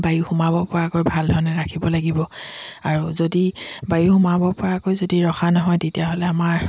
বায়ু সোমাব পৰাকৈ ভাল ধৰণে ৰাখিব লাগিব আৰু যদি বায়ু সোমাব পৰাকৈ যদি ৰখা নহয় তেতিয়াহ'লে আমাৰ